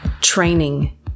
training